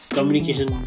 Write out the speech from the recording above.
Communication